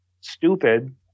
stupid